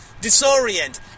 disorient